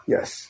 Yes